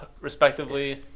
respectively